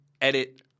edit